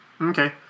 Okay